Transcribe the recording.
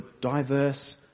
diverse